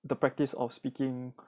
the practice of speaking